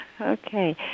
Okay